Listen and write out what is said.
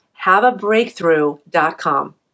haveabreakthrough.com